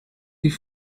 die